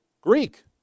Greek